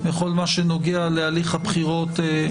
בכל מה שנוגע להליך הבחירות,